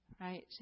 right